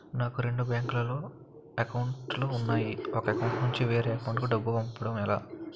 నాకు రెండు బ్యాంక్ లో లో అకౌంట్ లు ఉన్నాయి ఒక అకౌంట్ నుంచి వేరే అకౌంట్ కు డబ్బు పంపడం ఎలా?